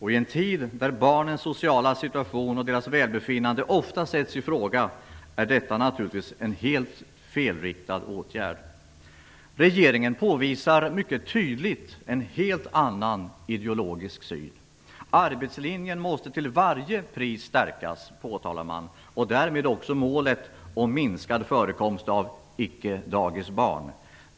I en tid där barnens sociala situation och deras välbefinnande ofta sätts i fråga är detta naturligtvis en helt felriktad åtgärd. Regeringen påvisar mycket tydligt en helt annan ideologisk syn. Arbetslinjen måste till varje pris stärkas, säger man, och därmed också målet om minskad förekomst av "icke-dagisbarn".